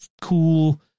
cool